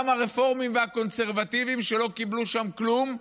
גם הרפורמים והקונסרבטיבים, שלא קיבלו שם כלום,